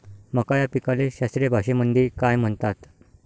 मका या पिकाले शास्त्रीय भाषेमंदी काय म्हणतात?